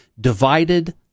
divided